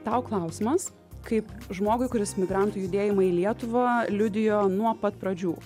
tau klausimas kaip žmogui kuris migrantų judėjimą į lietuvą liudijo nuo pat pradžių